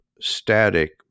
static